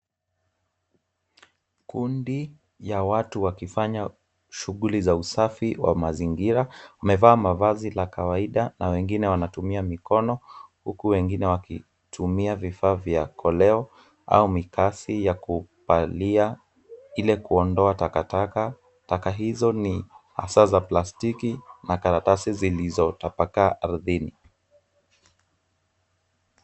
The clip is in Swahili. Kundi ya watu wakifanya shughuli za usafi wa mazingira. Wamevaa mavazi la kawaida na wengine wanatumia mikono, huku wengine wakitumia vifaa vya koleo au mikasi ya kuvalia ili kuondoa takataka. Taka hizo ni hasa za plastiki na karatasi zilizotapakaa ardhini.